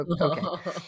okay